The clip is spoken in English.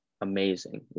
amazing